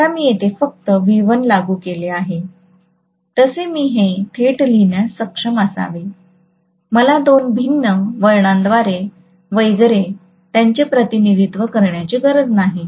आता मी येथे फक्त V1 लागू केले आहे तसे मी हे थेट लिहिण्यास सक्षम असावे मला दोन भिन्न वळणांद्वारे वगैरे त्यांचे प्रतिनिधित्व करण्याची गरज नाही